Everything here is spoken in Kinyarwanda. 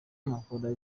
nkora